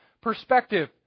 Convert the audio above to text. perspective